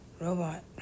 robot